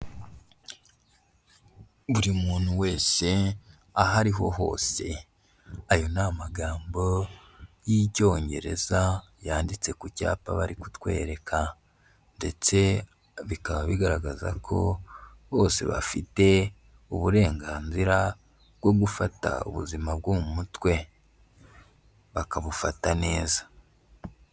Buri muntu wese, aho ariho hose, ayo ni amagambo y'icyongereza yanditse ku cyapa bari kutwereka ndetse bikaba bigaragaza ko bose bafite uburenganzira bwo gufata ubuzima bwo mu mutwe bakabufata neza.